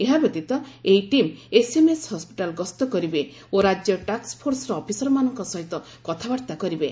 ଏହାବ୍ୟତୀତ ଏହି team SMS hospital ଗସ୍ତ କରିବେ ଓ ରାଜ୍ୟ ଟାକ୍କ ଫୋର୍ସର ଅଫିସରମାନଙ୍କ ସହିତ କଥାବାର୍ତ୍ତା କରିବେ